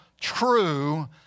true